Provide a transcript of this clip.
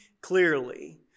clearly